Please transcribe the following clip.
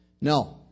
No